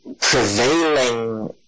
prevailing